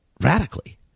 radically